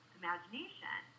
imagination